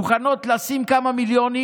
מוכנות לשים כמה מיליונים,